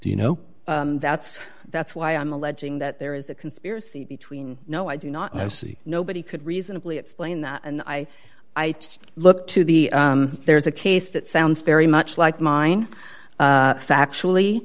you know that's that's why i'm alleging that there is a conspiracy between no i do not know city nobody could reasonably explain that and i i look to the there's a case that sounds very much like mine factually